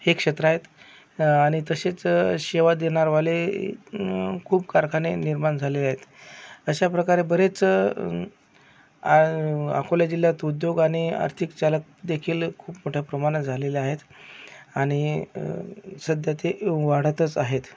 हे क्षेत्र आहेत आणि तसेच सेवा देणार वाले खूप कारखाने निर्माण झालेले आहेत अशा प्रकारे बरेच आ अकोला जिल्ह्यात उद्योग आणि आर्थिक चालकदेखील खूप मोठ्या प्रमाणात झालेले आहेत आणि सध्या ते वाढतच आहेत